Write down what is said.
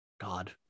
god